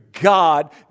God